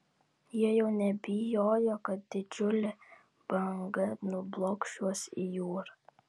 jie jau nebijojo kad didžiulė banga nublokš juos į jūrą